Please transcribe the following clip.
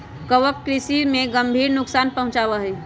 कवक कृषि में गंभीर नुकसान पहुंचावा हई